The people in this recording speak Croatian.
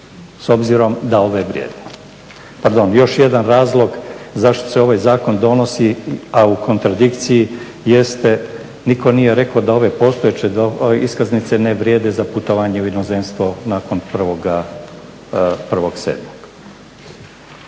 s obzirom da ove vrijede. Pardon, još jedan razlog zašto se ovaj zakon donosi a u kontradikciji jeste nitko nije rekao da ove postojeće iskaznice ne vrijede za putovanje u inozemstvo nakon 1.07.